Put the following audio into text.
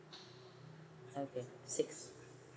okay six